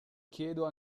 chiedo